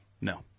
no